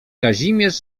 kazimierz